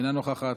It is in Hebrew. אינה נוכחת,